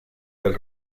del